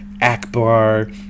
Akbar